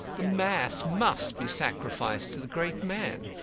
the mass must be sacrificed to the great man.